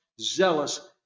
zealous